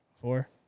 four